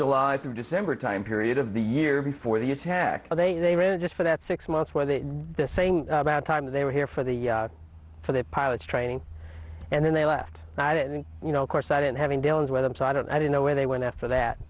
through december time period of the year before the attack they just for that six months where they the same time they were here for the for their pilots training and then they left you know of course i didn't have any dealings with them so i don't i don't know where they went after that